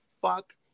fuck